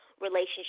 relationship